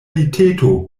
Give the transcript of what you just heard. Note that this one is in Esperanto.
liteto